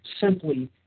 simply